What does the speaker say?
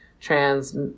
trans